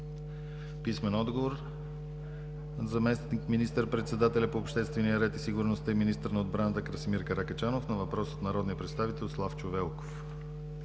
Велков; - заместник министър-председателя по обществения ред и сигурността и министър на отбраната – Красимир Каракачанов, на въпрос от народния представител Славчо Велков;